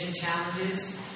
challenges